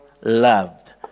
loved